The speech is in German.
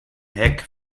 heck